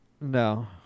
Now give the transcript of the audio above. no